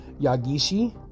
Yagishi